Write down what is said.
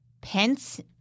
Pence